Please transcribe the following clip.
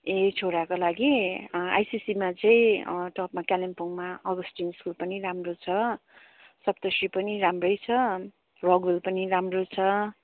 ए छोराको लागि आइसिएससीमा चाहिँ टपमा कालिम्पोङमा अगस्टिन स्कुल पनि राम्रो छ सप्तश्री पनि राम्रै छ रकभेल पनि राम्रो छ